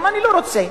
וגם אני לא רוצה.